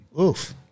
oof